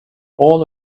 all